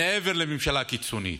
מעבר לממשלה קיצונית.